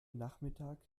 nachmittag